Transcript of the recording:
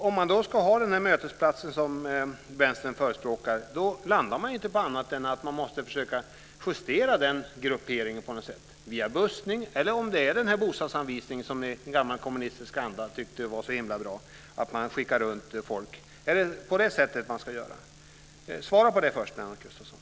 Om man ska få den mötesplats som Vänstern förespråkar landar man på att man måste försöka justera den grupperingen på något sätt - via bussning eller bostadsanvisning, som i gammal kommunistisk anda. Man skickar runt folk. Är det på det sättet man ska göra? Svara på det först, Lennart Gustavsson.